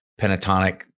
pentatonic